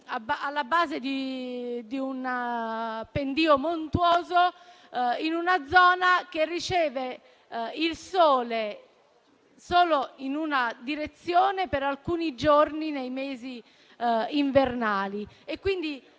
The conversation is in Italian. alla base di un pendio montuoso, in una zona che riceve il sole solo in una direzione per alcuni giorni nei mesi invernali